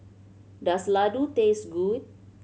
does laddu taste good